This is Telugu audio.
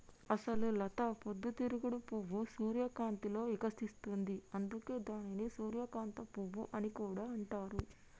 అసలు లత పొద్దు తిరుగుడు పువ్వు సూర్యకాంతిలో ఇకసిస్తుంది, అందుకే దానిని సూర్యకాంత పువ్వు అని కూడా అంటారు